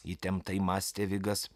įtemptai mąstė vigas